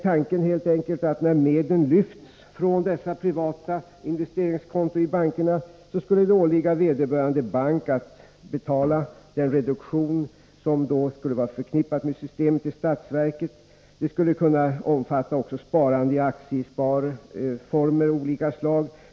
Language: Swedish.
Tanken är helt enkelt att när medlen lyfts från dessa privata investeringskonton i bankerna skulle det åligga vederbörande bank att till statsverket betala den reduktion som då skulle vara förknippad med systemet. Det skulle kunna omfatta också sparande i aktiesparformer av olika slag.